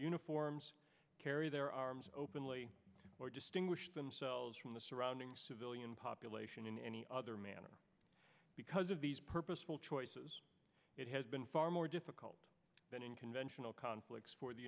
uniforms carry their arms openly or distinguish themselves from the surrounding civilian population in any other manner because of these purposeful choices it has been far more difficult than in conventional conflicts for the